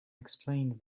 explained